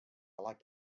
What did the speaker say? like